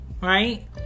Right